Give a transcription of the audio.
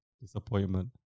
disappointment